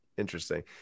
Interesting